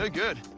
ah good.